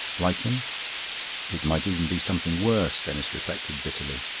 like him it might even be something worse, denis reflected bitterly,